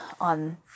on